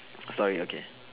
sorry okay